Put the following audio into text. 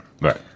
Right